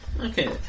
Okay